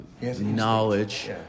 knowledge